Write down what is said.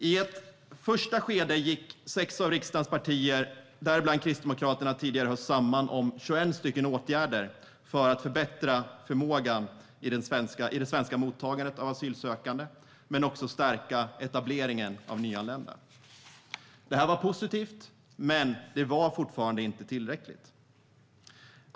I ett första skede gick sex av riksdagens partier - däribland Kristdemokraterna - samman om 21 åtgärder för att förbättra förmågan i det svenska mottagandet av asylsökande, men också för att stärka etableringen av nyanlända. Detta var positivt, men det var fortfarande inte tillräckligt.